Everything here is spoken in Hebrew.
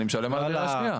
אני משלם על הדירה השנייה.